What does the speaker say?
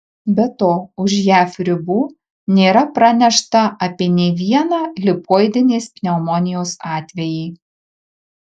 be to už jav ribų nėra pranešta apie nė vieną lipoidinės pneumonijos atvejį